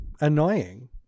annoying